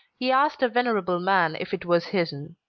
he asked a venerable man if it was his'n.